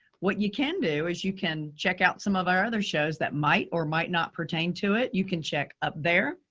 what you can do is you can check out some of our other shows that might or might not pertain to it. you can check up there,